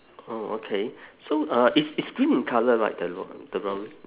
oh okay so uh it's it's green in colour right the lor~ the lorry